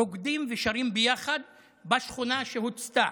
רוקדים ושרים ביחד בשכונה שהוצתה.